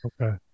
Okay